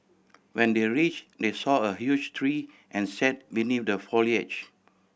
when they reach they saw a huge tree and sat beneath the foliage